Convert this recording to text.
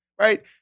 right